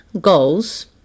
Goals